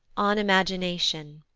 on imagination.